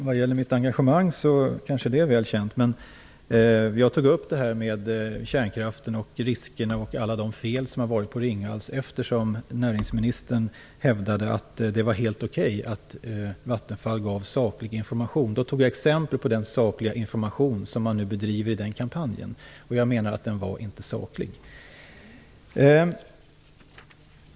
Fru talman! Mitt engagemang är kanske väl känt. Jag tog upp frågan om kärnkraften, riskerna och alla de fel som har varit på Ringhals, eftersom näringsministern hävdade att det var helt okej att Vattenfall gav saklig information. Jag tog exempel på den "sakliga information" man kommer med i den här kampanjen. Jag menar att den inte är saklig.